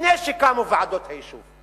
לפני שקמו ועדות התכנון.